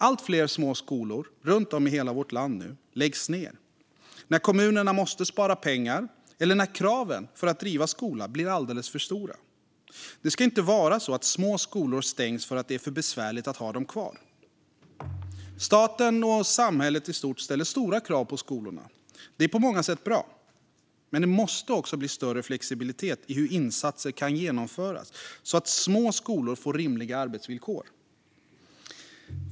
Allt fler små skolor runt om i hela vårt land läggs nu ned när kommunerna måste spara pengar eller när kraven för att driva skola blir alldeles för stora. Det ska inte vara så att små skolor stängs för att det är för besvärligt att ha dem kvar. Staten och samhället i stort ställer stora krav på skolorna. Det är på många sätt bra. Men det måste också bli större flexibilitet i hur insatser kan genomföras så att små skolor får rimliga arbetsvillkor.